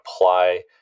apply